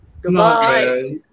Goodbye